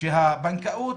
שהבנקאות